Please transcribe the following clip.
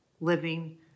living